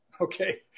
Okay